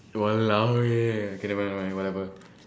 !walao! eh okay never mind never mind whatever